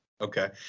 Okay